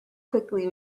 quickly